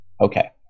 Okay